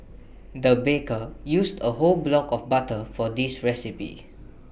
the baker used A whole block of butter for this recipe